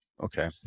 Okay